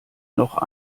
noch